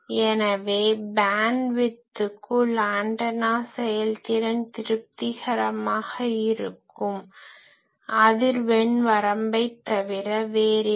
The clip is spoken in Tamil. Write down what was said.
எனவே பேன்ட்விட்த்துக்குள் ஆண்டனா செயல்திறன் திருப்திகரமாக இருக்கும் அதிர்வெண் வரம்பைத் தவிர வேறில்லை